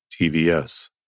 TVS